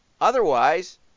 Otherwise